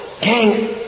Gang